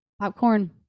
Popcorn